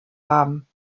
haben